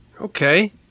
Okay